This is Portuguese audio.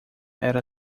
era